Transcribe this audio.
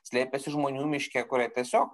slėpėsi žmonių miške kurie tiesiog